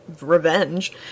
revenge